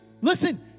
listen